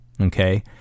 Okay